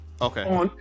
Okay